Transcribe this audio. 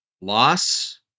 loss